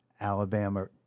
Alabama